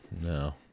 no